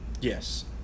Yes